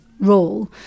role